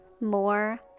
more